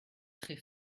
très